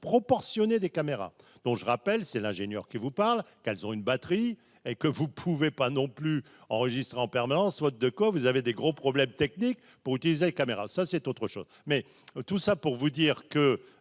proportionné des caméras dont je rappelle c'est l'ingénieur qui vous parle. Qu'elles ont une batterie et que vous pouvez pas non plus enregistré en permanence, faute de quoi, vous avez des gros problèmes techniques pour utiliser caméra ça c'est autre chose, mais tout ça pour vous dire que